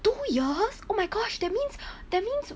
two years oh my gosh that means that means